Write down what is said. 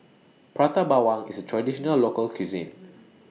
Prata Bawang IS A Traditional Local Cuisine